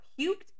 puked